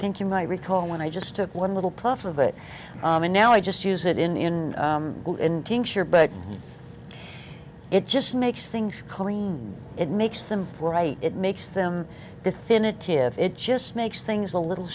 think you might recall when i just took one little puff of it and now i just use it in it just makes things coming it makes them right it makes them definitive it just makes things a little